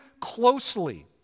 closely